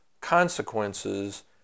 consequences